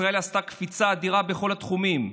ישראל עשתה קפיצה אדירה בכל התחומים,